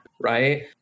Right